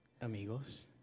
Amigos